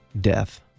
death